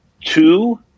two